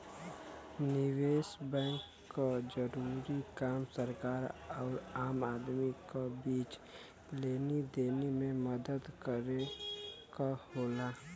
निवेस बैंक क जरूरी काम सरकार आउर आम आदमी क बीच लेनी देनी में मदद करे क होला